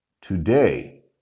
Today